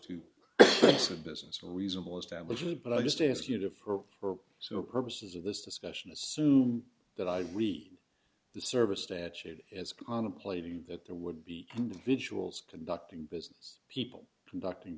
a business reasonable establishment but i just ask you to for so purposes of this discussion assume that i read the service statute as on a plating that there would be individuals conducting business people conducting